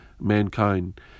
mankind